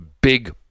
big